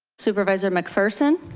supervisor mcpherson